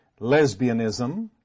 lesbianism